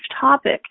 topic